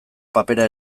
papera